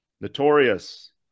Notorious